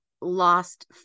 lost